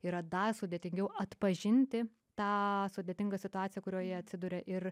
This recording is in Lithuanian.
yra dar sudėtingiau atpažinti tą sudėtingą situaciją kurioje atsiduria ir